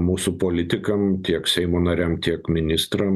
mūsų politikam tiek seimo nariam tiek ministram